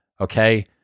okay